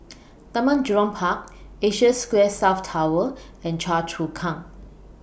Taman Jurong Park Asia Square South Tower and Choa Chu Kang